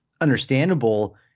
understandable